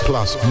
Plus